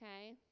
Okay